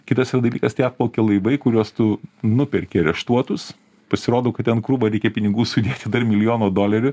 kitas yra dalykas tie atplaukia laivai kuriuos tu nuperki areštuotus pasirodo kad ten krūvą reikia pinigų sudėti dar milijoną dolerių